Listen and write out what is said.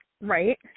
Right